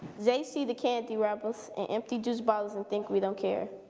they see the candy wrappers and empty juice bottles and think we don't care.